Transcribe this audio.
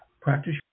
Practice